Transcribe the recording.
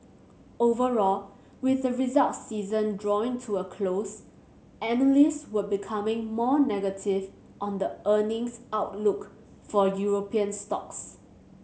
overall with the result season drawing to a close analyst were becoming more negative on the earnings outlook for European stocks